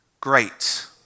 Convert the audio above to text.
great